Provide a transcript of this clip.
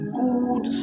good